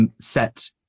set